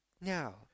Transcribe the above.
Now